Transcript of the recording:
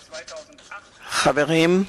חברים,